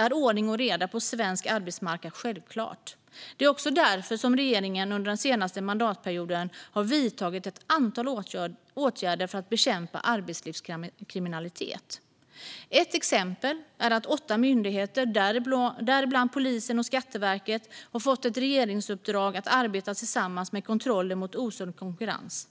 är ordning och reda på svensk arbetsmarknad självklart. Det är också därför regeringen under den senaste mandatperioden har vidtagit ett antal åtgärder för att bekämpa arbetslivskriminalitet. Ett exempel är att åtta myndigheter, däribland polisen och Skatteverket, har fått ett regeringsuppdrag att arbeta tillsammans med kontroller mot osund konkurrens.